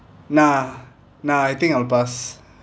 nah nah I think I'll pass